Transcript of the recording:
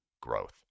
growth